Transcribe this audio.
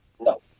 No